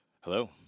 Hello